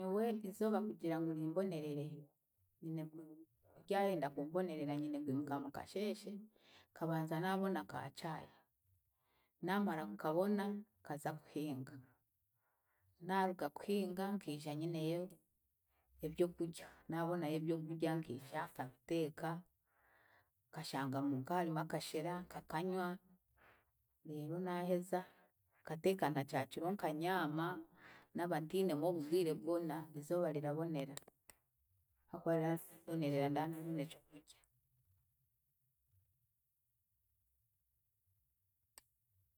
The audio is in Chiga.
Nyowe izooba kugira ngu rimbonerere, nyine ku- ryarenda kumbonerera nyine kwimuka mukasheeshe, nkabanza naabona ka chai, naamara kukabona nkaza kuhinga, naaruga kuhinga nkiija nyineyo ebyokurya, naabonayo ebyokurya nkiija nkabiteeka, nkashanga muuka harimu akashera nkakanywa reero naaheza nkateeka na kyakiro nka nyaama, naaba ntiinemu oburwire bwona, izooba rirabonera hakuba rirambonerera ndaba nyine ekyokurya.